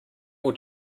will